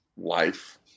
Life